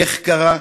איך קרה.